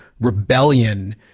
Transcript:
rebellion